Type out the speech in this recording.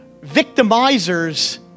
victimizers